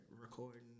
recording